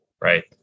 right